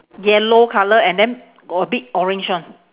yellow colour and then got a bit orange one